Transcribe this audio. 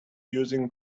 using